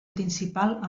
principal